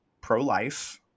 pro-life